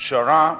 פשרה שאמרה: